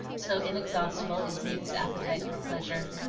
so inexhaustible is youth's appetite for pleasure.